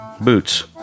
boots